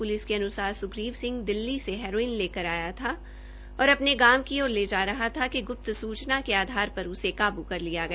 police के अन्सार स्ग्रीव सिंह दिल्ली से हेरोइन लेकर आया था और अपने गांव की ओर जा रहा था कि ग्प्त सूचना के आधार पर उसे काबू कर लिया गया